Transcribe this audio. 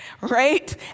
right